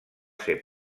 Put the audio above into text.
ser